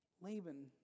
laban